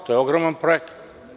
To je ogroman projekat.